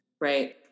Right